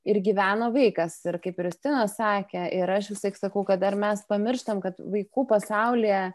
ir gyvena vaikas ir kaip ir justinas sakė ir aš visąlaik sakau kad dar mes pamirštam kad vaikų pasaulyje